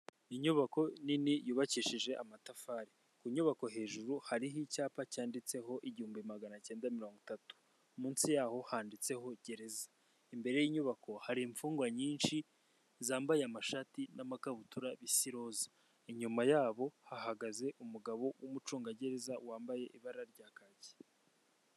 Inyubako nini yubakishije amatafari. Ku nyubako hejuru hariho icyapa cyanditseho, igihumbi magana acyenda, mirongo itatu. Munsi yaho, handitseho gereza. Imbere y'inyubako hari imfungwa nyinshi zambaye amashati n'amakabutura bisa iroza. Inyuma yabo hahagaze umugabo w'umucungagereza wambaye ibara rya kaki.